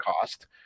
cost